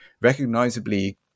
recognizably